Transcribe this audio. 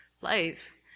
life